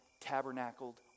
tabernacled